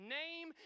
name